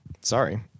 Sorry